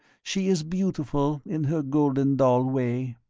she is beautiful, in her golden doll way.